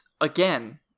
again